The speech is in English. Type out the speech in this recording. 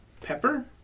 Pepper